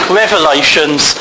revelations